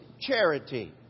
charity